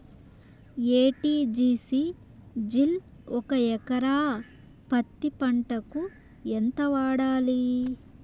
ఎ.టి.జి.సి జిల్ ఒక ఎకరా పత్తి పంటకు ఎంత వాడాలి?